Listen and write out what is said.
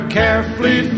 carefully